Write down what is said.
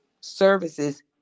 services